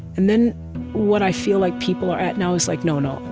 and then what i feel like people are at now is, like no, no,